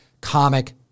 comic